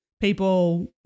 people